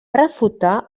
refutar